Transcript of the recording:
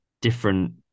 different